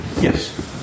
Yes